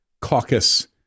caucus